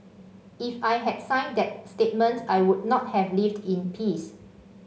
if I had signed that statement I would not have lived in peace